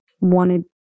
wanted